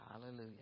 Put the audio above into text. Hallelujah